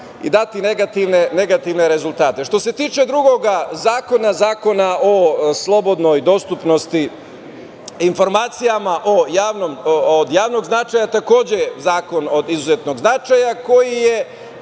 i dati negativne rezultate. Što se tiče drugog zakona, Zakona o slobodnoj dostupnosti informacijama od javnog značaja, takođe je zakon od izuzetnog značaja koji je